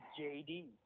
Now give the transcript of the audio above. JD